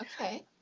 Okay